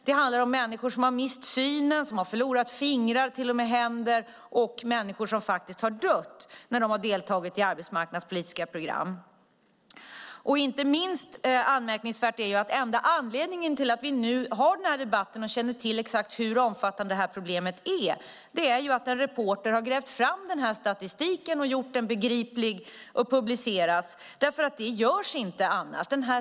Det handlar om människor som har mist synen och som har förlorat fingrar och till och med händer och människor som faktiskt har dött när de har deltagit i arbetsmarknadspolitiska program. Inte minst anmärkningsvärt är att enda anledningen till att vi nu har denna debatt och känner till exakt hur omfattande problemet är, det är att en reporter har grävt fram statistiken, gjort den begriplig och publicerat den. Det görs inte annars.